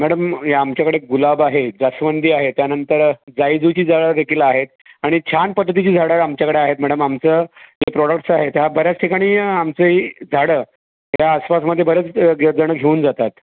madam या आमच्याकडे गुलाब आहे जास्वंदी आहे त्यानंतर जाई जुईची झाडं देखील आहेत आणि छान पद्धतीची झाडं आमच्याकडं आहेत मॅडम आमचं प्रोडक्टस आहेत ह्या बऱ्याच ठिकाणी आमचंही झाडं या आसपासमध्ये बरेच जणं घेऊन जातात